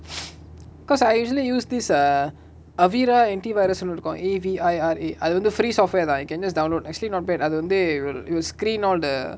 cause I usually use this err avira anti-virus ன்னு இருக்கு:nu iruku A_V_I_R_A அதுவந்து:athuvanthu free software தா:tha you can just download actually not bad அதுவந்து:athuvanthu it will screen all the